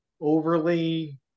overly